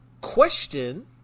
question